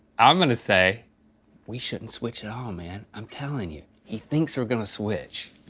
i'm gonna say we shouldn't switch at all, man. i'm telling you, he thinks we're gonna switch.